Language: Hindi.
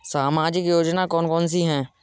सामाजिक योजना कौन कौन सी हैं?